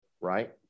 right